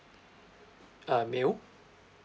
uh male